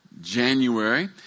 January